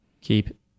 Keep